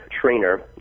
trainer